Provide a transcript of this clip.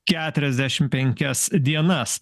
keturiasdešimt penkias dienas